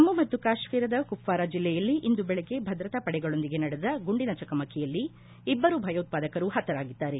ಜಮ್ಮು ಮತ್ತು ಕಾಶ್ಮೀರದ ಕುಪ್ವಾರ ಜಿಲ್ಲೆಯಲ್ಲಿ ಇಂದು ಬೆಳಗ್ಗೆ ಭದ್ರತಾ ಪಡೆಗಳೊಂದಿಗೆ ನಡೆದ ಗುಂಡಿನ ಚಕಮಕಿಯಲ್ಲಿ ಇಬ್ಬರು ಭಯೋತ್ವಾದಕರು ಹತರಾಗಿದ್ದಾರೆ